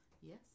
Yes